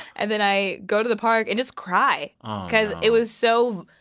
and then i go to the park and just cry because it was so,